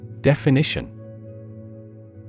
Definition